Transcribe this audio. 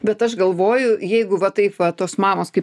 bet aš galvoju jeigu va taip va tos mamos kaip